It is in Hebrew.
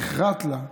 נחרתה לה